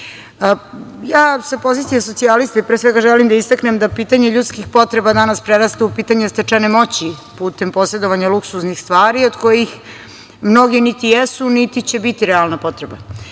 pozicije socijaliste, pre svega želim da istaknem da pitanje ljudskih potreba danas prerasta u pitanje stečene moći putem posedovanja luksuznih stvari, od kojih mnoge niti jesu niti će biti realna potreba.